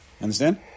understand